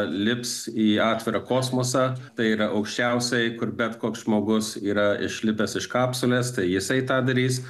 lips į atvirą kosmosą tai yra aukščiausiai kur bet koks žmogus yra išlipęs iš kapsulės tai jisai tą darys